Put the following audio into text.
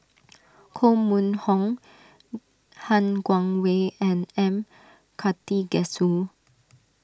Koh Mun Hong Han Guangwei and M Karthigesu